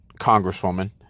congresswoman